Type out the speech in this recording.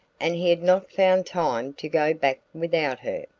and he had not found time to go back without her.